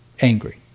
angry